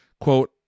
quote